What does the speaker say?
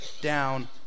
down